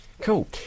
Cool